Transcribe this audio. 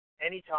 anytime